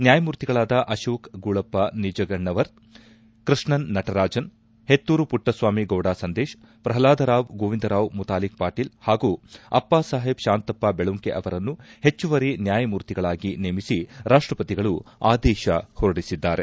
ನ್ಕಾಯಮೂರ್ತಿಗಳಾದ ಅಕೋಕ್ ಗೂಳಪ್ಪ ನಿಜಗಣ್ಣವರ್ ಕೃಷ್ಣನ್ ನಟರಾಜನ್ ಪೆತ್ತೂರು ಮಟ್ಟಸ್ವಾಮಿ ಗೌಡ ಸಂದೇಶ್ ಪ್ರಹ್ನಾದ್ರಾವ್ ಗೋವಿಂದ್ರಾವ್ ಮುತಾಲಿಕ್ ಪಾಟೀಲ್ ಹಾಗೂ ಅಪ್ಪ ಸಾಹೇಬ್ ತಾಂತಪ್ಪ ಬೆಳುಂಕೆ ಅವರನ್ನು ಪೆಚ್ಚುವರಿ ನ್ನಾಯಮೂರ್ತಿಗಳಾಗಿ ನೇಮಿಸಿ ರಾಷ್ಟಪತಿಗಳು ಆದೇಶ ಹೊರಡಿಸಿದ್ದಾರೆ